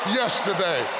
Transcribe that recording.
yesterday